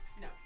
No